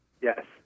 Yes